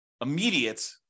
immediate